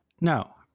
no